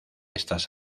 estas